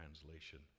translation